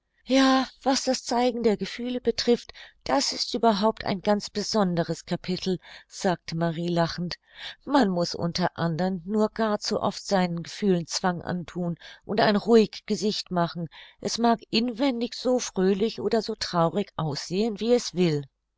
ja was das zeigen der gefühle betrifft das ist überhaupt ein ganz besonderes kapitel sagte marie lachend man muß unter andern nur gar zu oft seinen gefühlen zwang anthun und ein ruhig gesicht machen es mag inwendig so fröhlich oder so traurig aussehen wie es will